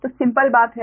तो सिम्पल बात है